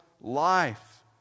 life